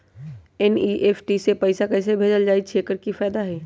NEFT से पैसा कैसे भेजल जाइछइ? एकर की फायदा हई?